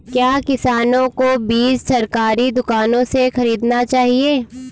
क्या किसानों को बीज सरकारी दुकानों से खरीदना चाहिए?